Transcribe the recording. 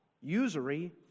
usury